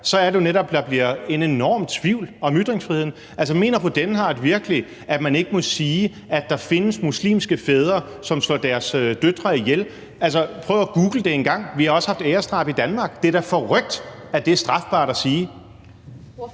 så er det jo netop, at der bliver en enorm tvivl om ytringsfriheden. Altså, mener fru Karina Lorenzen Dehnhardt virkelig, at man ikke må sige, at der findes muslimske fædre, som slår deres døtre ihjel? Altså, prøv engang at google det; vi har også haft æresdrab i Danmark. Det er da forrykt, at det er strafbart at sige.